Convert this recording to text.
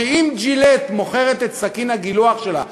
שאם "ג'ילט" מוכרת את סכין הגילוח שלה בארצות-הברית,